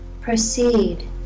proceed